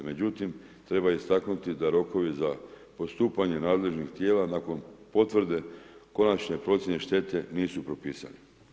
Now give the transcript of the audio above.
Međutim, treba istaknuti da rokovi za postupanje nadležnih tijela nakon potvrde konačne procjene štete nisu propisane.